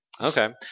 Okay